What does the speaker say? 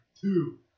Two